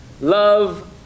Love